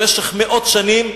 במשך מאות שנים,